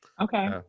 Okay